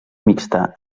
mixta